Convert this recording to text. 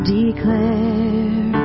declare